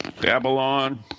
Babylon